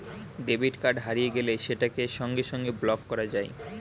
debit card হারিয়ে গেলে সেটাকে সঙ্গে সঙ্গে ব্লক করা যায়